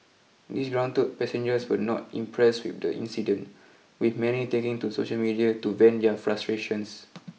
disgruntled passengers were not impressed with the incident with many taking to social media to vent their frustrations